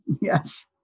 yes